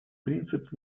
принцип